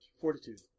Fortitude